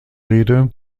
rede